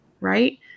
right